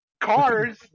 cars